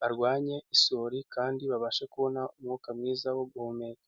barwanye isuri kandi babashe kubona umwuka mwiza wo guhumeka.